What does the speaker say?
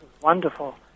wonderful